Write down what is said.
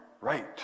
right